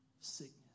Sickness